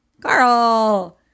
Carl